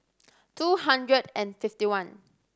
two hundred and fifty one